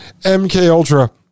MKUltra